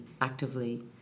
actively